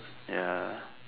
ya